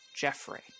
Jeffrey